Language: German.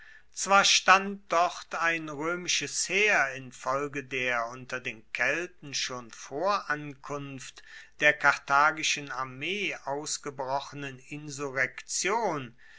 zwar stand dort ein roemisches heer infolge der unter den kelten schon vor ankunft der karthagischen armee ausgebrochenen